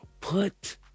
Put